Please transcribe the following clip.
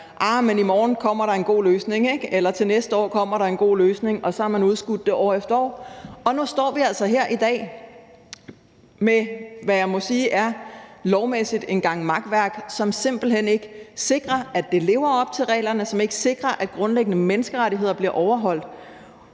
men i morgen kommer der en god løsning, eller til næste år kommer der en god løsning. Og så har man udskudt det år efter år. Nu står vi altså her i dag med, hvad jeg må sige er lovmæssigt en gang makværk, som simpelt hen ikke sikrer, at det lever op til reglerne, som ikke sikrer, at grundlæggende menneskerettigheder bliver overholdt,